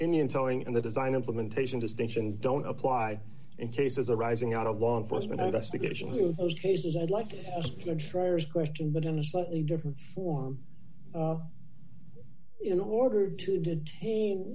indian telling in the design implementation distinction don't apply in cases arising out of law enforcement investigations of those cases i'd like to try as question but in a slightly different form in order to detain